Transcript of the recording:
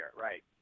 right